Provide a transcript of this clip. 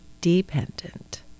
dependent